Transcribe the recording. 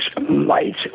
light